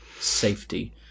safety